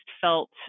felt